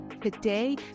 today